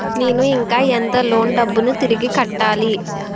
నేను ఇంకా ఎంత లోన్ డబ్బును తిరిగి కట్టాలి?